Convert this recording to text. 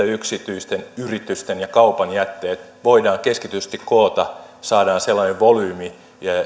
yksityisten yritysten ja kaupan jätteet voidaan keskitetysti koota ja saadaan sellainen volyymi